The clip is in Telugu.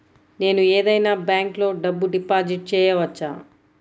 నేను ఏదైనా బ్యాంక్లో డబ్బు డిపాజిట్ చేయవచ్చా?